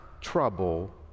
trouble